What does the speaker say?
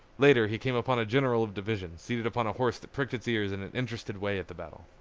later he came upon a general of division seated upon a horse that pricked its ears in an interested way at the battle.